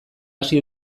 hasi